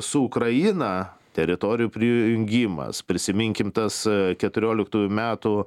su ukraina teritorijų prijungimas prisiminkim tas keturioliktųjų metų